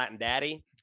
daddy